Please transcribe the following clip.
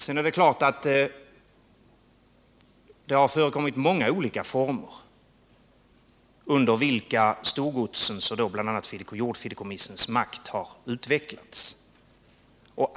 Sedan är det klart att det har förekommit många olika former under vilka storgodsens och då bl.a. jordfideikommissens makt har utvecklats.